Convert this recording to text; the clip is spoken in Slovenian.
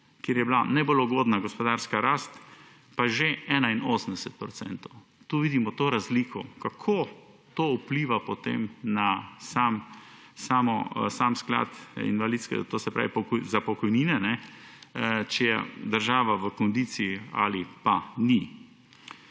kjer je bila najbolj ugodna gospodarska rast pa že 81 %. Tukaj vidimo to razliko kako to vpliva potem na sam sklad invalidskega, to se pravi, za pokojnine, če je država v kondiciji ali pa ni.